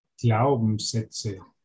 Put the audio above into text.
Glaubenssätze